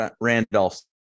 Randolph